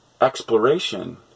exploration